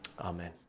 amen